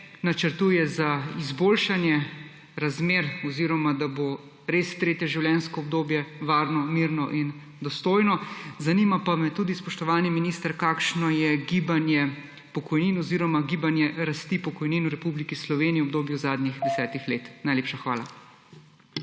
načrtuje za izboljšanje razmer oziroma da bo tretje življenjsko obdobje res varno, mirno in dostojno? Zanima pa me tudi, spoštovani minister: Kakšno je gibanje pokojnin oziroma gibanje rasti pokojnin v Republiki Sloveniji v obdobju zadnjih desetih let? Najlepša hvala.